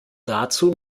dazu